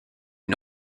une